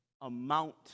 amount